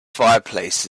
fireplace